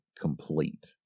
complete